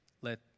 Let